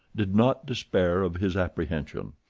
did not despair of his apprehension.